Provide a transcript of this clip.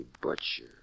Butcher